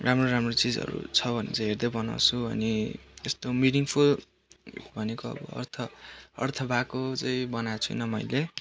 राम्रो राम्रो चिजहरू छ भने चाहिँ हेर्दै बनाउँछु अनि यस्तो मिनिङ्फुल भनेको अब अर्थ अर्थ भएको चाहिँ बनाएको छुइनँ मैले